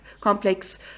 complex